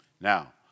Now